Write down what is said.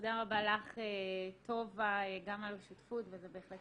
תודה רבה לך טובה גם על השותפות וזה בהחלט